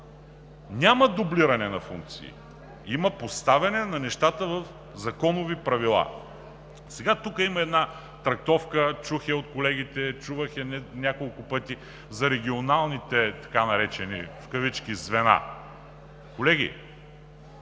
Няма дублиране на функции – има поставяне на нещата в законови правила. Тук има една трактовка – чух я от колегите, чувах я няколко пъти за регионалните, така наречени – в кавички, звена. Колеги,